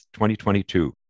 2022